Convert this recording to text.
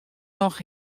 noch